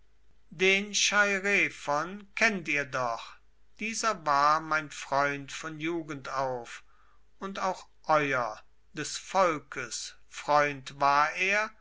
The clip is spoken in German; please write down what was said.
den chairephon kennt ihr doch dieser war mein freund von jugend auf und auch euer des volkes freund war er